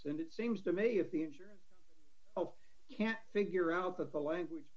and it seems to me if the insurance oath can't figure out that the language